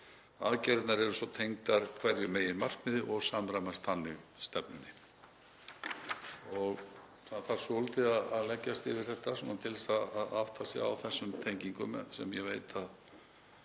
eru svo tengdar hverju meginmarkmiði og samræmast þannig stefnunni. Það þarf svolítið að leggjast yfir þetta saman til að átta sig á þessum tengingum, sem ég veit að